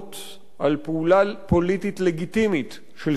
פעולה פוליטית לגיטימית של סטודנטים.